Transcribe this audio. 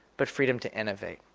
but freedom to innovate.